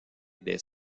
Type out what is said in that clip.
des